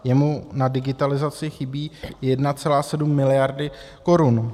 Jemu na digitalizaci chybí 1,7 miliardy korun.